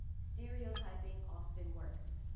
stereotyping often works.